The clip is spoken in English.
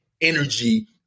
energy